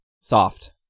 soft